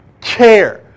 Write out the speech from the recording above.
care